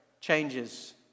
changes